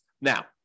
Now